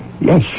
yes